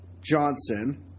Johnson